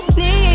need